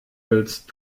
willst